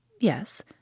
Yes